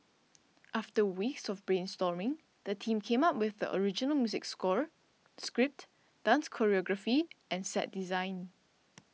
after weeks of brainstorming the team came up with the original music score script dance choreography and set design